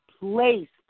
placed